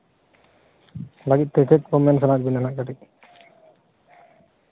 ᱞᱟᱹᱜᱤᱫ ᱛᱮ ᱪᱮᱫ ᱠᱚ ᱢᱮᱱ ᱥᱟᱱᱟᱭᱮᱫ ᱵᱮᱱᱟ ᱠᱟᱹᱴᱤᱡ